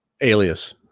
alias